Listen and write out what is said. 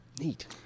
Neat